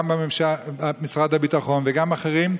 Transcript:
גם במשרד הביטחון וגם באחרים,